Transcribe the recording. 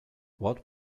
what